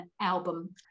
album